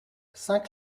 saint